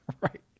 Right